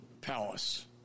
palace